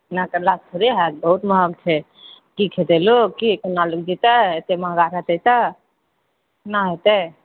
एना करलासँ थोड़े हाएत बहुत महग छै कि खेतए लोक केना लोक जीतए एते महगा हेतए तऽ एना हेतए